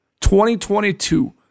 2022